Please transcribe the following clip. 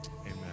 amen